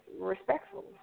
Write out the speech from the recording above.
respectful